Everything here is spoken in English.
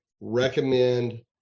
Recommend